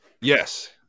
Yes